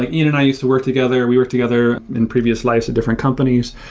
ian and i used to work together. we worked together in previous lives of different companies.